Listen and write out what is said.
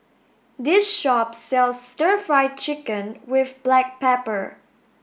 this shop sells stir fry chicken with black pepper